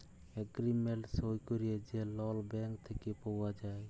agreement সই ক্যইরে যে লল ব্যাংক থ্যাইকে পাউয়া যায়